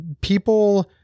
People